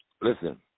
Listen